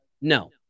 No